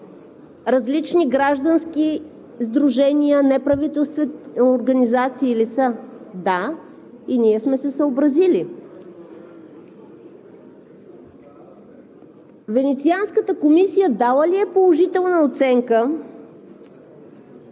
различни граждански сдружения, неправителствени организации ли са? Да, и ние сме се съобразили. Венецианската комисия дала ли е положителна оценка за